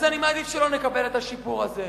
אז אני מעדיף שלא נקבל את השיפור הזה.